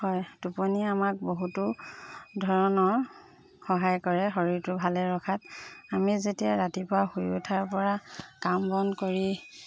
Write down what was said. হয় টোপনিয়ে আমাক বহুতো ধৰণৰ সহায় কৰে শৰীৰটো ভালে ৰখাত আমি যেতিয়া ৰাতিপুৱা শুই উঠাৰপৰা কাম বন কৰি